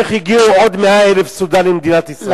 איך הגיעו עוד 100,000 סודנים למדינת ישראל.